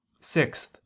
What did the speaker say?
Sixth